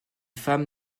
femmes